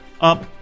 up